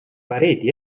pareti